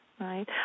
Right